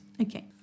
Okay